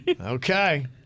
Okay